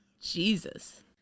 Jesus